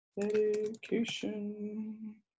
Dedication